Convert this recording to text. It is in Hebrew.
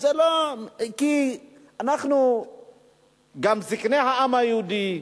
כי גם זקני העם היהודי,